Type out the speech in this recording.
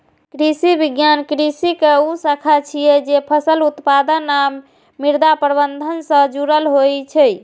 कृषि विज्ञान कृषि के ऊ शाखा छियै, जे फसल उत्पादन आ मृदा प्रबंधन सं जुड़ल होइ छै